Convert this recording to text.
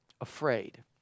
afraid